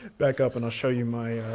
back up and i'll show you my